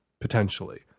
potentially